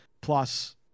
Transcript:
plus